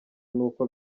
n’uko